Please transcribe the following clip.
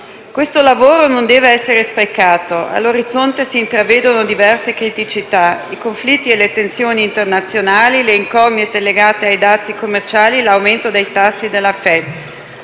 questo lavoro non deve essere sprecato. All'orizzonte si intravedono diverse criticità: i conflitti e le tensioni internazionali, le incognite legate ai dazi commerciali, l'aumento dei tassi della Fed.